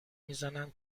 میزنن